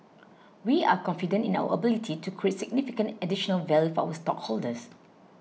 we are confident in our ability to create significant additional value for our stockholders